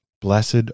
Blessed